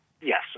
yes